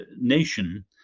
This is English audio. nation